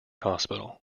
hospital